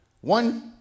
One